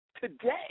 today